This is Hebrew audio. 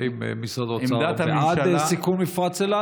האם משרד האוצר בעד סיכון מפרץ אילת?